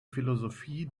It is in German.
philosophie